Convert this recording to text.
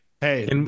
Hey